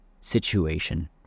situation